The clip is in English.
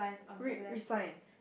read which sign